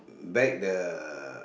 back the